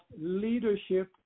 leadership